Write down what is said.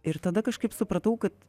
ir tada kažkaip supratau kad